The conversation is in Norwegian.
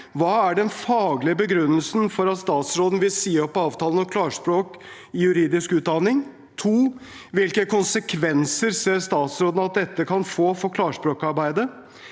Hva er den faglige begrunnelsen for at statsråden vil si opp avtalen om klarspråk i juridisk utdanning? 2. Hvilke konsekvenser ser statsråden at dette kan få for klarspråkarbeidet?